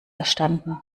erstanden